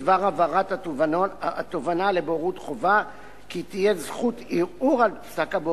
להעביר בלא צורך בהסכמת בעלי הדין תובענה אזרחית שהוגשה לבית-משפט